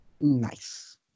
nice